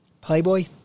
Playboy